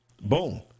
boom